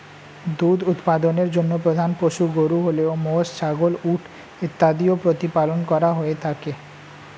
দুধ উৎপাদনের জন্য প্রধান পশু গরু হলেও মোষ, ছাগল, উট ইত্যাদিও প্রতিপালন করা হয়ে থাকে